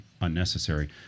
unnecessary